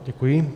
Děkuji.